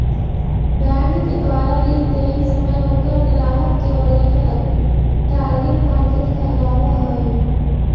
bank के द्वारा ऋण देइत समय ओकर ग्राहक के वर्गीकरण टारगेट मार्केट कहलावऽ हइ